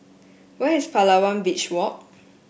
where is Palawan Beach Walk